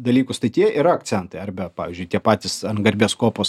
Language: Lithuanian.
dalykus tai tie yra akcentai ar be pavyzdžiui tie patys garbės kopos